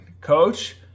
Coach